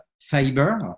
fiber